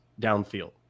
downfield